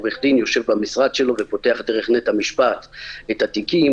עורך-דין יושב במשרד שלו ופותח דרך נט המשפט את התיקים.